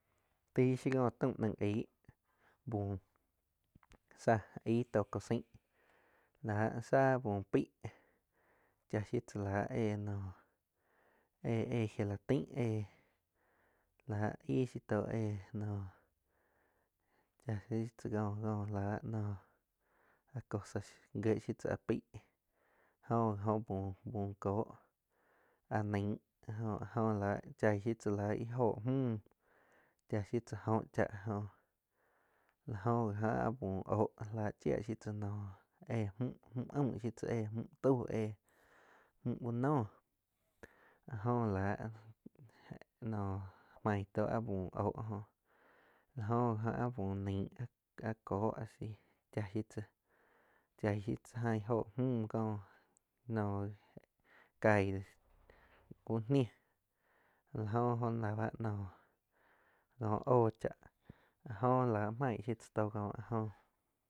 Taih shiu có taum naig, aigh búh sáh aih tóh cosain. Láh sáh búh peih cháh shiu tzá la éh naum éh-éh gelataing éh la aig shiu tó éh naum cha shiu tzá la koh noh áh cosas gieh shiu tzá áh peih jo ji oh búh, búh cóh áh naig jo áh jo láh chaih shiu tzá óhj müh, chaa shiu tzá jóh cháh la jo gi óh áh búh óh la chia shiu tzá noh éh mju, mju aum shiu tzá mju tau éh mju úh noh áh joh láh noh maig tóh áh búh óho jo la oh gi óh áh búh naig áh kóh a si cha shiu tzá aing óho müh có noh cai dó úh nih la jo óh la báh nóh, kóh óh cháa áh jo la maig shiu ta tó kóh áh jóh.